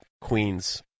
Queens